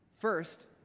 First